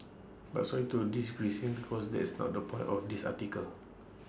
but sorry to digressing because that's not the point of this article